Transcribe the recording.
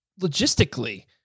logistically